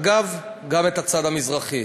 אגב, גם את הצד המזרחי.